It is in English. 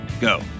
go